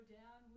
down